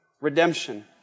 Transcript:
Redemption